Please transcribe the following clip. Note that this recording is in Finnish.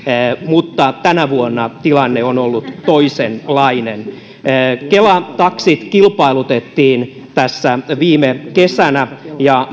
mutta tänä vuonna tilanne on ollut toisenlainen kela taksit kilpailutettiin tässä viime kesänä ja